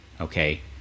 okay